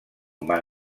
van